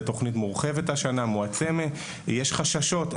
התכנית מורחבת השנה ומועצמת, ויש חששות.